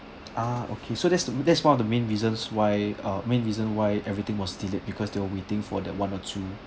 ah okay so that's that's one of the main reasons why uh main reason why everything was delayed because they were waiting for the one or two